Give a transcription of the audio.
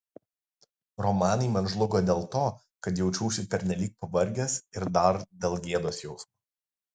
romanai man žlugo dėl to kad jaučiausi pernelyg pavargęs ir dar dėl gėdos jausmo